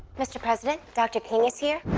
mr. president? dr. king is here.